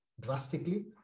drastically